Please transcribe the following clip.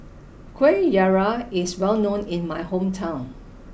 Kuih Syara is well known in my hometown